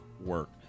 work